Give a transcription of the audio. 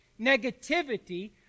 negativity